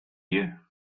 you